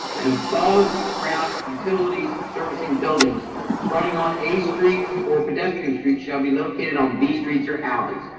and above ground utilities, servicing buildings running on a streets or pedestrian streets shall be located on these streets or alleys.